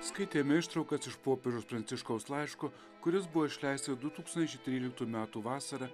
skaitėme ištraukas iš popiežiaus pranciškaus laiško kuris buvo išleistas du tūkstančiai tryliktų metų vasarą